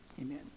Amen